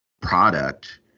product